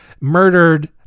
murdered